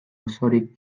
osorik